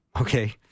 Okay